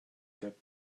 get